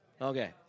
Okay